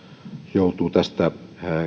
joutuu tästä